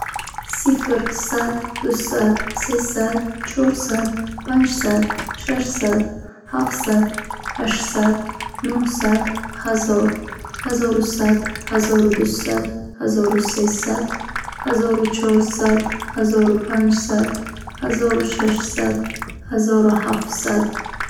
Сифр, сад, дусад, сесад, чорсад, панҷсад, шашсад, ҳафтсад, ҳаштсад, нӯҳсад, ҳазор. Ҳазору сад, ҳазору дусад, ҳазору сесад,…, ва ҳамин тавр идома ёфта метавонад то беохир.